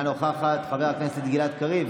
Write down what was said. תדברי את חמש דקות בשם כל האופוזיציה?